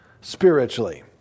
spiritually